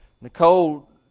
Nicole